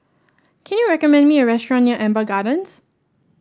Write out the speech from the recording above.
can you recommend me a restaurant near Amber Gardens